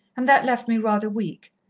and that left me rather weak.